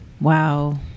wow